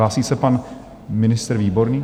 Hlásí se pan ministr Výborný?